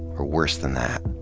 or worse than that.